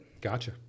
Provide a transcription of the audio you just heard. Gotcha